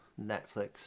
Netflix